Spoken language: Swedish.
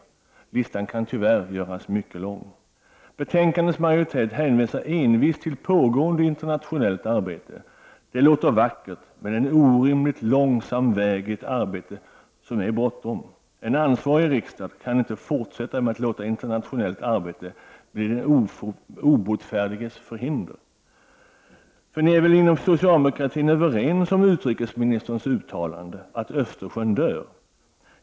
Listan kan tyvärr göras mycket lång. Utskottsmajoriteten hänvisar envist till pågående internationellt arbete. Detta låter vackert, men det är en orimligt långsam väg i ett arbete som brådskar. En ansvarig riksdag kan inte fortsätta att låta internationellt arbete bli den obotfärdiges förhinder. Ni inom socialdemokratin är väl överens om utrikesministerns uttalande att ”Östersjön dör”.